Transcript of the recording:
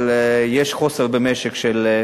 אבל במשק יש חוסר במהנדסים,